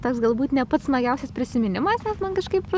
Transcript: tas galbūt ne pats smagiausias prisiminimas nes man kažkaip